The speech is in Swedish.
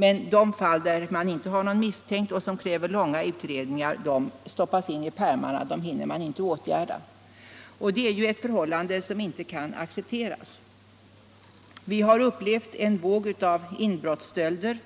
Men de fall där man inte har en misstänkt och som kräver långa utredningar stoppas in i pärmarna. Dem hinner man inte åtgärda. Det är ett förhållande som inte kan accepteras. Vi har upplevt en våg av stölder,